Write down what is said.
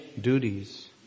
duties